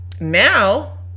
Now